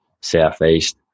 southeast